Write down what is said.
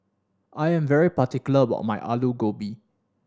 I am particular about my Alu Gobi